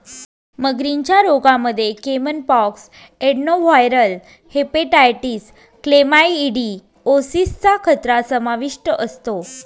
मगरींच्या रोगांमध्ये caiman pox, adenoviral hepatitis, chlamydiosis चा खतरा समाविष्ट असतो